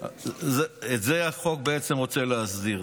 את זה החוק בעצם רוצה להסדיר.